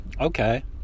Okay